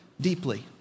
deeply